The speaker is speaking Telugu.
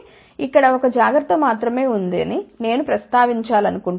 కాబట్టి ఇక్కడ 1 జాగ్రత్త మాత్రమే ఉందని నేను ప్రస్తావించాలనుకుంటున్నాను